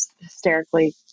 hysterically